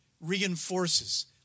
reinforces